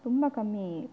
ತುಂಬಾ ಕಮ್ಮಿ